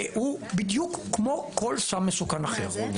והוא בדיוק כמו כל סם מסוכן אחר.